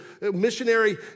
missionary